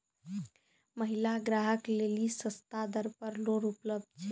महिला ग्राहक लेली सस्ता दर पर लोन उपलब्ध छै?